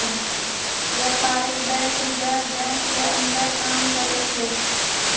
व्यपारीक bank reserve bank के अंदर काम करै छै